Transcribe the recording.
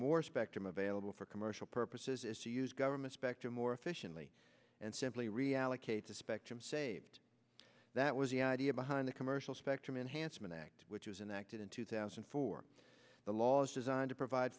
more spectrum available for commercial purposes is to use government spectrum more efficiently and simply reallocate the spectrum saved that was the idea behind the commercial spectrum enhancement act which is an active in two thousand and four the laws designed to provide